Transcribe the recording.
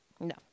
No